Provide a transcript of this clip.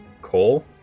coal